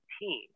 team